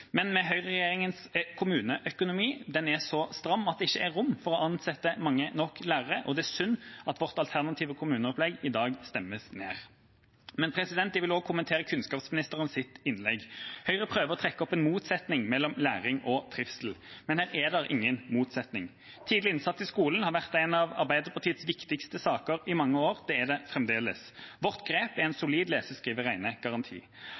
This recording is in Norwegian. Men høyreregjeringens kommuneøkonomi er så stram at det ikke er rom for å ansette mange nok lærere. Det er synd at vårt alternative kommuneopplegg i dag stemmes ned. Jeg vil også kommentere kunnskapsministerens innlegg. Høyre prøver å trekke opp en motsetning mellom læring og trivsel, men her er det ingen motsetning. Tidlig innsats i skolen har vært en av Arbeiderpartiets viktigste saker i mange år og er det fremdeles. Vårt grep er en